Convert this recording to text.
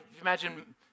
imagine